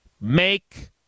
make